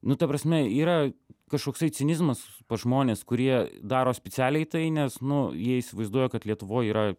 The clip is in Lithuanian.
nu ta prasme yra kažkoksai cinizmas pas žmones kurie daro specialiai tai nes nu jie įsivaizduoja kad lietuvoj yra